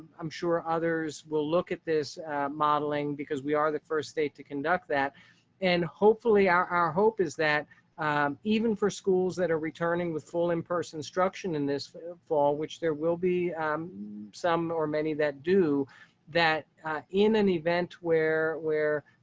i'm sure others will look at this modeling, because we are the first state to conduct that and hopefully our hope is that matt stem um even for schools that are returning with full in person instruction in this fall, which there will be some or many that do that in an event where where